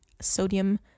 sodium